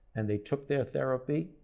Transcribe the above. and they took their therapy,